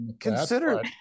consider